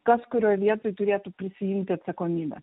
kas kurioj vietoj turėtų prisiimt atsakomybę